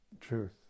truth